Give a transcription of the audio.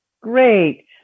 Great